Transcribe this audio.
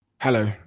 Hello